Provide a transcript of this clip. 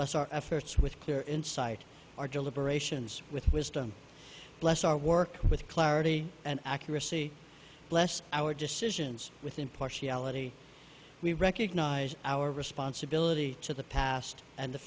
bless our efforts with clear insight our deliberations with wisdom bless our work with clarity and accuracy bless our decisions with impartiality we recognize our responsibility to the past and the